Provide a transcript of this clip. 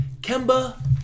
Kemba